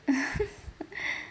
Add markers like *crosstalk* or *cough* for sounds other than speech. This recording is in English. *laughs*